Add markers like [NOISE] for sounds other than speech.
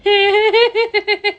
[LAUGHS]